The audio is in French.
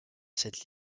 cette